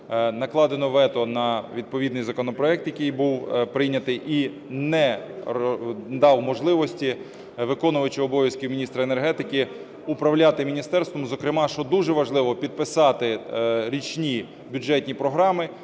накладено вето на відповідний законопроект, який був прийнятий, і не дав можливості виконуючому обов'язки міністра енергетики управляти міністерством, зокрема, що дуже важливо, підписати річні бюджетні програми.